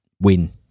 win